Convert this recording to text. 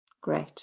Great